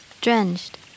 Drenched